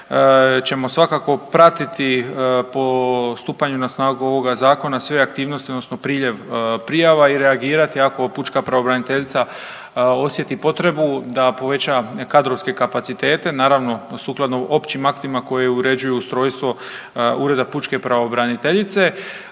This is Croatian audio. ćemo svakako pratiti po stupanju na snagu ovoga zakona sve aktivnosti odnosno priljev prijava i reagirati ako pučka pravobraniteljica osjeti potrebu da poveća kadrovske kapacitete naravno sukladno općim aktima koje uređuju ustrojstvo ureda pučke pravobraniteljice.